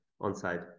on-site